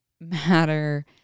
matter